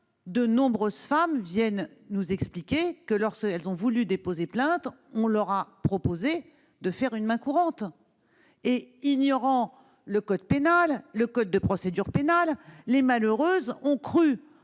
de nombreuses femmes sont venues nous expliquer que, lorsqu'elles ont voulu déposer plainte, on leur a proposé de faire une main courante. Ignorant le code de procédure pénale, les malheureuses ont cru,